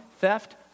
theft